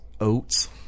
oats